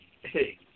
Hey